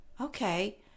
okay